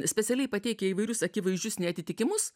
specialiai pateikia įvairius akivaizdžius neatitikimus